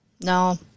No